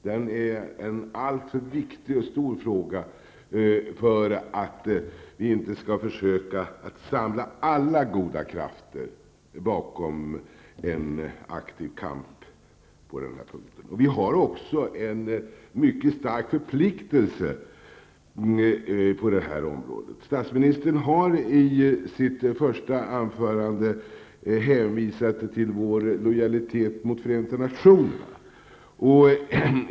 Den är en alltför viktig och stor fråga för att vi inte skall försöka samla alla goda krafter bakom en aktiv kamp. Vi har även en mycket stark förpliktelse på detta område. I sitt första anförande hänvisade statsministern till vår solidaritet med FN.